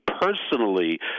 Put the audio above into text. personally